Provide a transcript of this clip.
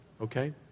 Okay